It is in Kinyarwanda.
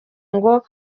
ngo